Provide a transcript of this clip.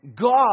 God